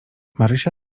marysia